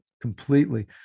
Completely